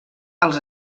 als